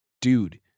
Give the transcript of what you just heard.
dude